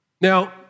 Now